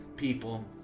people